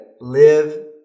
live